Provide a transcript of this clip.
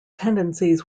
tendencies